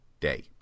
day